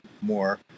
more